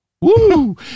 Woo